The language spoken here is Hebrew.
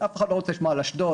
אף אחד לא רוצה לשמוע על אשדוד,